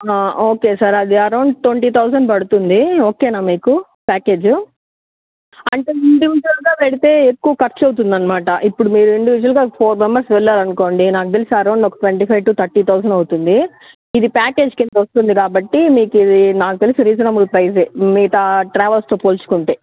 okay sir అది around twenty thousand పడుతుంది ఓకేనా మీకు ప్యాకేజు అంటే ఇండివిజుయల్గా వెళ్తే ఎక్కువ ఖర్చవుతుంది అన్నమాట ఇప్పుడు మీరు ఇండివిజుయల్గా ఫోర్ మెంబర్స్ వెళ్ళారనుకోండి నాకు తెలిసి అరౌండ్ ఒక twenty five to thirty thousand అవుతుంది ఇది ప్యాకేజ్ కిందకి వస్తుంది కాబట్టి మీకు ఇది నాకు తెలిసి రీజనబుల్ ప్రైసే మిగితా ఆ ట్రావెల్స్తో పోల్చుకుంటే